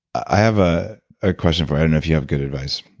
i have ah a question for. i don't know if you have good advice.